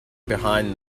behind